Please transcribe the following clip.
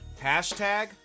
Hashtag